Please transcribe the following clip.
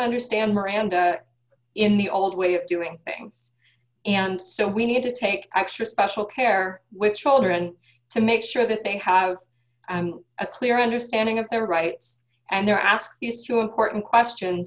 understand miranda in the old way of doing things and so we need to take extra special care with children to make sure that they have a clear understanding of their rights and their ask you still important question